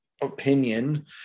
opinion